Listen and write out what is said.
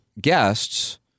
guests